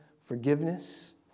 forgiveness